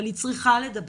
אבל היא צריכה לדבר.